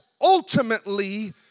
ultimately